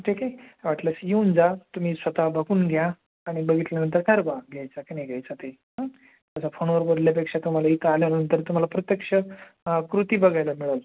ठीक आहे वाटल्यास येऊन जा तुम्ही स्वतः बघून घ्या आणि बघितल्यानंतर ठरवा घ्यायचा की नाही घ्यायचा ते असं फोनवर बोलल्यापेक्षा तुम्हाला इथं आल्यानंतर तुम्हाला प्रत्यक्ष कृती बघायला मिळेल